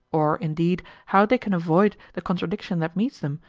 or, indeed, how they can avoid the contradiction that meets them,